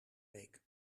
week